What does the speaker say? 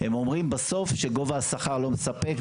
הם אומרים בסוף שגובה השכר לא מספק.